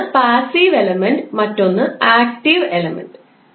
ഒന്ന് passive element മറ്റൊന്ന് active element ആണ്